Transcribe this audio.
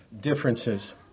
differences